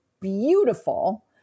beautiful